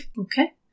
Okay